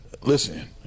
Listen